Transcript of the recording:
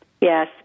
Yes